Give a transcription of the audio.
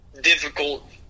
difficult